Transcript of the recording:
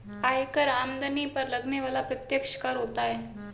आयकर आमदनी पर लगने वाला प्रत्यक्ष कर होता है